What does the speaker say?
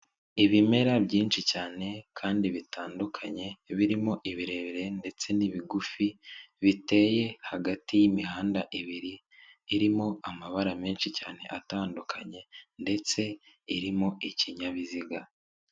Ibimera byinshi cyane kandi bitandukanye birimo ibirebire ndetse n'ibigufi, biteye hagati y'imihanda ibiri, irimo amabara menshi cyane atandukanye ndetse irimo ikinyabiziga.